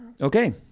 Okay